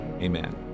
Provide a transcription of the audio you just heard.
Amen